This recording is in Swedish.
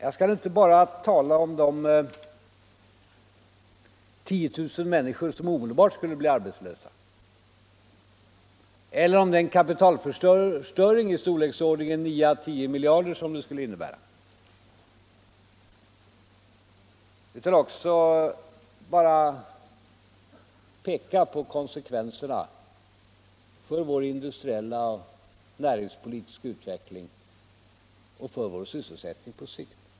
Jag skall nu inte bara tala om de 10 000 människor som omedelbart skulle bli arbetslösa eller om den kapitalförstöring i storleksordningen 9 å 10 miljarder som ett genomförande av dessa förslag skulle innebära utan också peka på konsekvenserna för vår industriella och näringspolitiska utveckling samt för vår sysselsättning på sikt.